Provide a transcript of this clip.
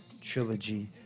Trilogy